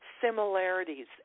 similarities